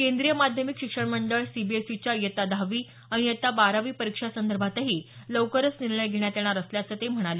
केंद्रीय माध्यमिक शिक्षण मंडळ सीबीएसईच्या इयत्ता दहावी आणि इयत्ता बारावी परीक्षांसंदर्भातही लवकरच निर्णय घेण्यात येणार असल्याचं ते म्हणाले